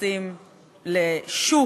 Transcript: מתייחסים ל"שוק"